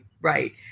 Right